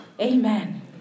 Amen